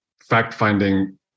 fact-finding